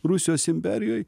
rusijos imperijoj